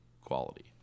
quality